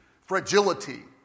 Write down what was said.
fragility